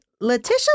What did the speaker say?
Letitia